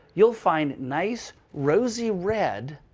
you'll find nice, rosy red